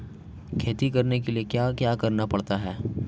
खेती करने के लिए क्या क्या करना पड़ता है?